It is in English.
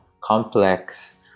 complex